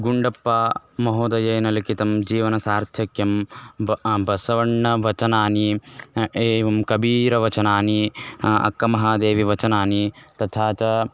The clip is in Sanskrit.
गुण्डप्पा महोदयेन लिखितं जीवनसार्थक्यं ब बसवण्णा वचनानि एवं कबीरवचनानि अक्कमहादेवीवचनानि तथा च